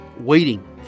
waiting